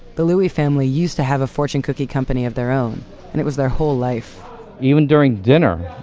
the louie family used to have a fortune cookie company of their own and it was their whole life even during dinner,